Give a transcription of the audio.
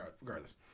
regardless